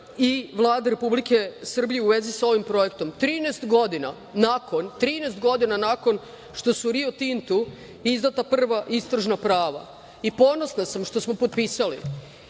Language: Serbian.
i Vlade Republike Srbije u vezi sa ovim projektom, 13 godina nakon što su Rio Tintu izdata prva istražna prava. Ponosna sam što smo potpisali. Znate